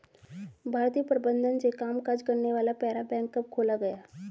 भारतीय प्रबंधन से कामकाज करने वाला पहला बैंक कब खोला गया?